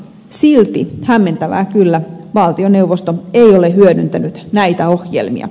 silti hämmentävää kyllä valtioneuvosto ei ole hyödyntänyt näitä ohjelmia